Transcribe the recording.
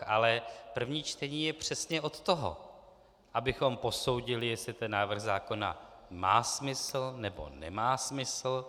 Ale první čtení je přesně od toho, abychom posoudili, jestli ten návrh zákona má smysl, nebo nemá smysl.